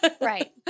Right